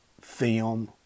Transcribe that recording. film